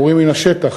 מורים מן השטח,